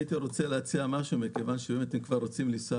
הייתי רוצה להציע משהו אם אתם כבר רוצים לנסוע